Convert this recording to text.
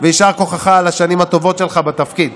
ויישר כוחך על השנים הטובות שלך בתפקיד.